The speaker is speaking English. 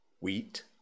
wheat